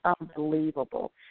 unbelievable